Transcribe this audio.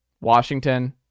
Washington